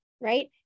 right